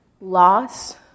loss